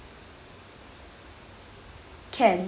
can